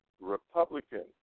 Republican